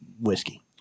whiskey